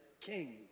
king